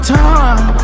time